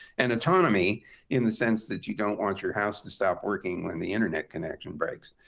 and autonomy in the sense that you don't want your house to stop working when the internet connection breaks.